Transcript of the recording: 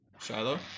Shiloh